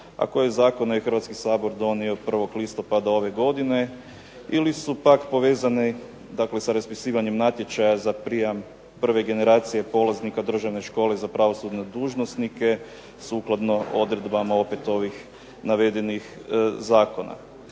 a koje zakone je Hrvatski sabor donio 1. listopada ove godine, ili su pak povezani dakle sa raspisivanjem natječaja za prijam prve generacije polaznika državne škole za pravosudne dužnosnike, sukladno odredbama opet ovih navedenih zakona.